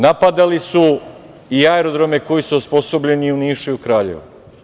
Napadali su i aerodrome koji su osposobljeni u Nišu i Kraljevu.